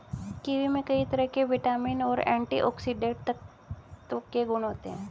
kiwi में कई तरह के विटामिन और एंटीऑक्सीडेंट तत्व के गुण होते है